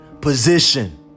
position